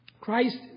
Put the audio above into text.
Christ